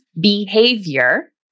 behavior